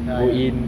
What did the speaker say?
ah ya